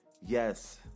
Yes